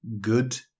good